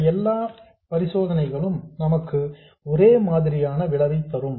இந்த எல்லா பரிசோதனைகளும் நமக்கு ஒரே மாதிரியான விளைவை தரும்